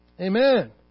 Amen